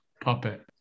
puppet